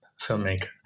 filmmaker